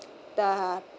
the